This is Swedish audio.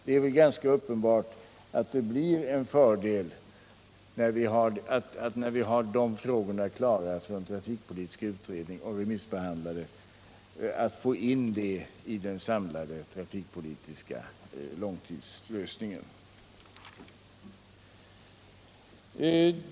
Det är uppenbart att när vi får de frågorna klara och remissbehandlade från trafikpolitiska utredningen, så blir det en fördel att få in det materialet i den samlade trafikpolitiska långtidslösningen.